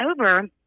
over